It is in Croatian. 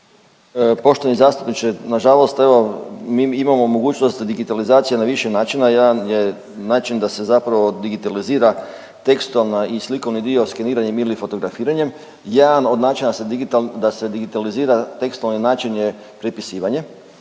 Poštovani zastupniče, nažalost evo mi imamo mogućnost digitalizacije na više načina, jedan je način da se zapravo digitalizira tekstualna i slikovni dio skeniranjem ili fotografiranjem, jedan od načina da se digital…, da se digitalizira tekstualni način je prepisivanje,